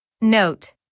Note